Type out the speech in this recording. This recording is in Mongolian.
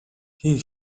хэн